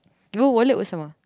give her wallet also Sama